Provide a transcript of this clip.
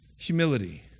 humility